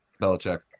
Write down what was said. Belichick